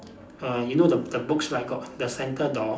err you know the the books right got the centre door